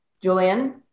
Julian